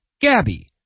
Gabby